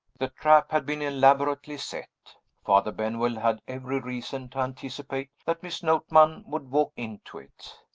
the trap had been elaborately set father benwell had every reason to anticipate that miss notman would walk into it.